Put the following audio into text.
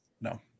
no